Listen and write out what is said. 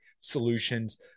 solutions